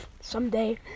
someday